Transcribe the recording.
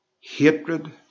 Hatred